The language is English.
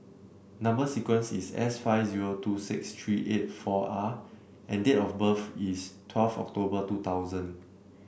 number sequence is S five zero two six three eight four R and date of birth is twelve October two thousand